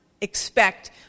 expect